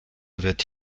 wird